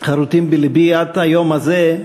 חרותים בלבי עד ליום הזה,